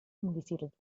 umgesiedelt